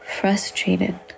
frustrated